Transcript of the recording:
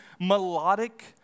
melodic